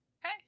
Okay